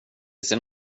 sin